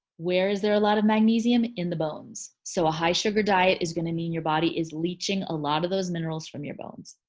where is there are a lot of magnesium? in the bones. so a high sugar diet is gonna mean your body is leaching a lot of those minerals from your bones.